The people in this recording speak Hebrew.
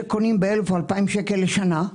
שקונים ב-1,000 או 2,000 שקל בשנה,